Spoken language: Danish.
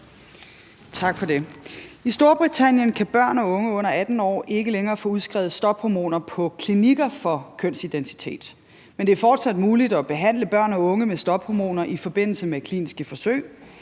I Storbritannien kan børn og unge under 18 år ikke længere få udskrevet stophormoner på klinikker for kønsidentitet, men det er fortsat muligt at behandle børn og unge med stophormoner i forbindelse med kliniske forsøg.